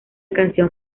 canción